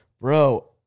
bro